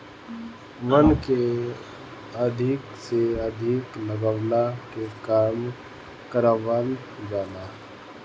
वन के अधिका से अधिका लगावे के काम करवावल जाला